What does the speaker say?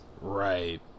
Right